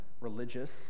religious